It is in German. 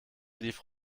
lief